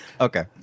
Okay